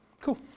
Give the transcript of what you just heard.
Cool